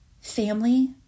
family